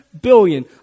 billion